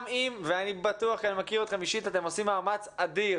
אני מכיר אתכם אישית ואני בטוח שאתם עושים מאמץ אדיר